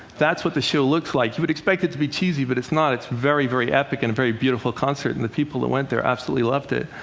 that's what the show looks like. you would expect it to be cheesy, but it's not. it's very, very epic and a very beautiful concert. and the people that went there absolutely loved it.